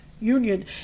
union